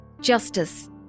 justice